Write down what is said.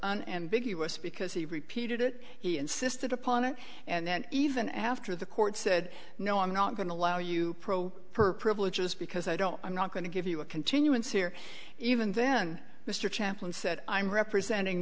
ambiguous because he repeated it he insisted upon it and even after the court said no i'm not going to allow you pro per privileges because i don't i'm not going to give you a continuance here even then mr chaplin said i'm representing